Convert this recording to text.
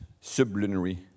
sublunary